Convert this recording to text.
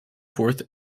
fourth